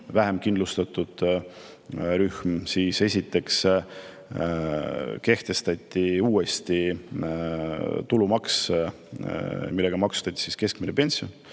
vähem kindlustatud rühm, siis esiteks kehtestati uuesti tulumaks, millega maksustati keskmine pension,